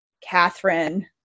Catherine